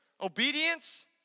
obedience